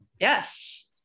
Yes